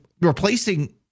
replacing